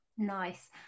Nice